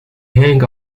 hang